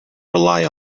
rely